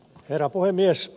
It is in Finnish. herra puhemies